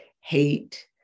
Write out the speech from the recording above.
hate